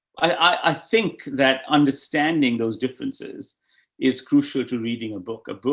i think that understanding those differences is crucial to reading a book, a book,